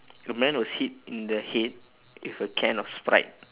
a man was hit in the head with a can of sprite